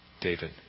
David